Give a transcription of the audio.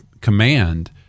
command